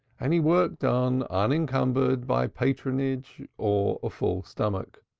and he worked on, unencumbered by patronage or a full stomach.